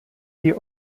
die